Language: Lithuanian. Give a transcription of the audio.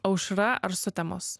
aušra ar sutemos